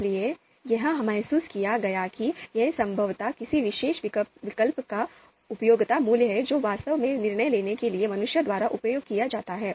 इसलिए यह महसूस किया गया कि यह संभवतः किसी विशेष विकल्प का उपयोगिता मूल्य है जो वास्तव में निर्णय लेने के लिए मनुष्यों द्वारा उपयोग किया जाता है